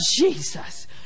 Jesus